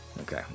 Okay